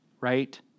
right